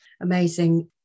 amazing